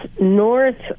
north